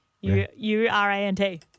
U-R-A-N-T